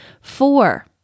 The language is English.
Four